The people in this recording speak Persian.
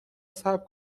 صبر